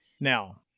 Now